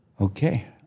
Okay